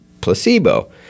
placebo